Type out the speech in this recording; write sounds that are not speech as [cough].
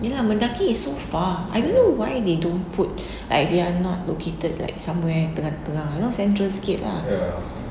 ya Mendaki is so far I don't know why they don't put [breath] like they are not located like somewhere tengah-tengah you know central sikit lah